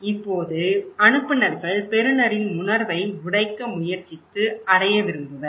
இப்போது அனுப்புநர்கள் பெறுநரின் உணர்வை உடைக்க முயற்சித்து அடைய விரும்புவர்